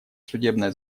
судебная